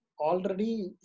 already